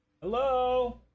Hello